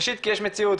ראשית כי יש מציאות,